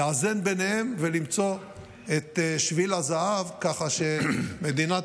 לאזן ביניהם ולמצוא את שביל הזהב ככה שמדינת